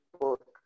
book